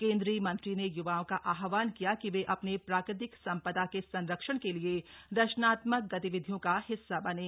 केंद्रीय मंत्री ने य्वाओं का आहवान किया कि वे अपनी प्राकृतिक संपदा के संरक्षण के लिए रचनात्मक गतिविधियों का हिस्सा बनें